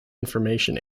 information